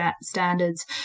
standards